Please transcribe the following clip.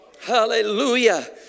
Hallelujah